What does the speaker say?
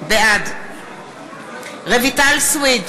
בעד רויטל סויד,